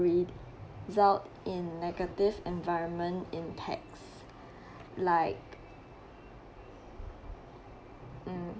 result in negative environment impacts like um